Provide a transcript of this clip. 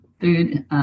food